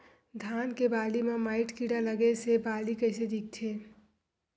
धान के बालि म माईट कीड़ा लगे से बालि कइसे दिखथे?